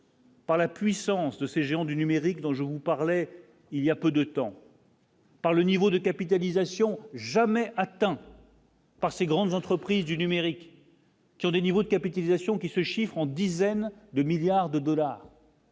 Par la puissance de ces géants du numérique dont je vous parlais il y a peu de temps. Par le niveau de capitalisation jamais atteint. Par ces grandes entreprises du numérique, qui ont des niveaux de capitalisation qui se chiffrent en dizaines de milliards de dollars.